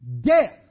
death